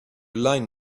line